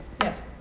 Yes